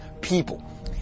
people